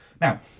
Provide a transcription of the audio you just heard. Now